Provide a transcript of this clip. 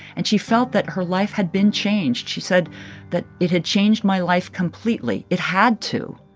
and she felt that her life had been changed. she said that it had changed my life completely. it had to